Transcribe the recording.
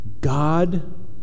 God